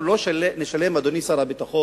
אנחנו לא נשלם, אדוני שר הביטחון.